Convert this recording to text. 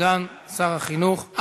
סגן שר החינוך.